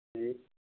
جی